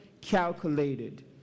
calculated